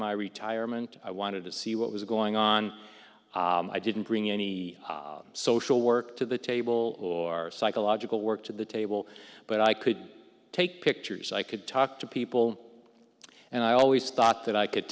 my retirement i wanted to see what was going on i didn't bring any social work to the table or psychological work to the table but i could take pictures i could talk to people and i always thought that i could